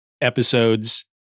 episodes